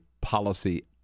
policy